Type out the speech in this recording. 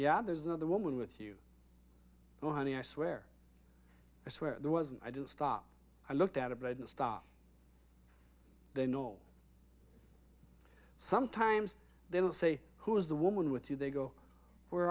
yeah there's another woman with you oh honey i swear i swear there wasn't i didn't stop i looked out of bed and stop they know sometimes they will say who is the woman with you they go where